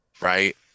Right